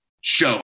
show